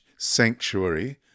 Sanctuary